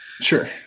Sure